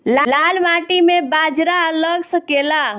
लाल माटी मे बाजरा लग सकेला?